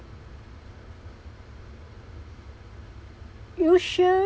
usually